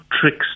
tricks